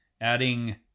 adding